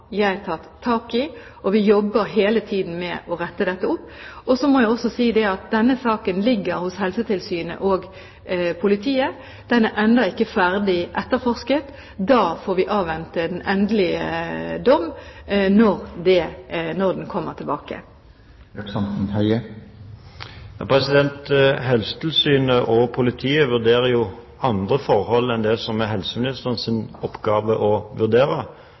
jeg tatt tak i, og vi jobber hele tiden med å rette dette opp. Denne saken ligger hos Helsetilsynet og politiet, og den er ennå ikke ferdig etterforsket. Vi får avvente den endelige dom. Helsetilsynet og politiet vurderer jo andre forhold enn det som det er helseministerens oppgave å vurdere.